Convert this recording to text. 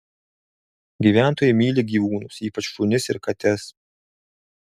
gyventojai myli gyvūnus ypač šunis ir kates